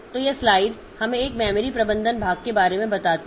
तो यह स्लाइड हमें एक मेमोरी प्रबंधन भाग के बारे में बताती है